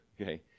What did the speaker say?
okay